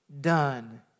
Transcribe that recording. Done